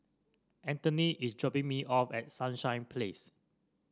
Antony is dropping me off at Sunshine Place